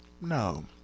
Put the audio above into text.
no